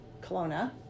Kelowna